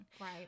Right